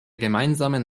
gemeinsamen